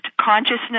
consciousness